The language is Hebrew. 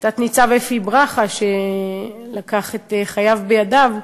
תת-ניצב אפי ברכה, שלקח את חייו בידיו,